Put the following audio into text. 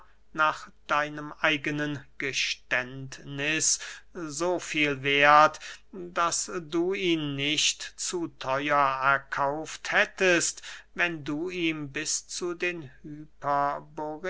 nach deinem eigenen geständniß so viel werth daß du ihn nicht zu theuer erkauft hättest wenn du ihm bis zu den